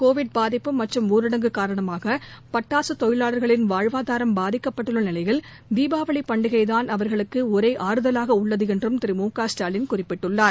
Covid பாதிப்பு மற்றும் ஊரடங்கு காரணமாக பட்டாசு தொழிலாளர்களின் வாழ்வாதாரம் பாதிக்கப்பட்டுள்ள நிலையில் தீபாவளி பண்டிகைதான் அவர்களுக்கு ஒரே ஆறுதவாக உள்ளது என்றும் திரு மு க ஸ்டாலின் குறிப்பிட்டுள்ளார்